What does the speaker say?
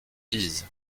pise